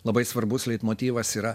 labai svarbus leitmotyvas yra